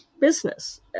business